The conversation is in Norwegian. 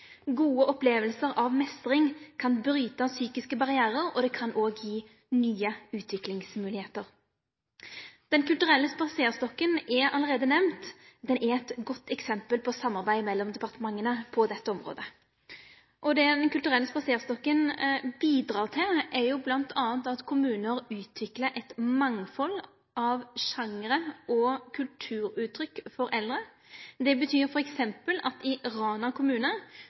Gode opplevingar av meistring kan bryte psykiske barrierar, og det kan òg gi nye utviklingsmoglegheiter. Den kulturelle spaserstokken er allereie nemnd. Den er eit godt eksempel på samarbeid mellom departementa på dette området. Det Den kulturelle spaserstokken bidreg til, er jo bl.a. at kommunar utviklar eit mangfald av sjangrar og kulturuttrykk for eldre. Det betyr f.eks. at i Rana kommune